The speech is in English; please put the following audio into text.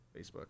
Facebook